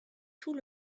tout